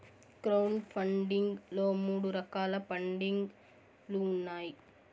crowd funding లో మూడు రకాల పండింగ్ లు ఉన్నాయి